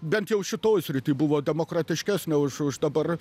bent jau šitoj srity buvo demokratiškesnė už už dabar